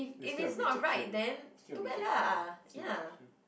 you scared of rejection scared of rejection ah scared of rejection